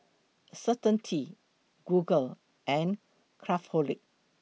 Certainty Google and Craftholic